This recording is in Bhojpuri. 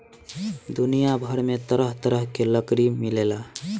दुनिया भर में तरह तरह के लकड़ी मिलेला